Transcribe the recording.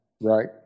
right